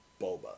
Boba